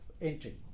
entry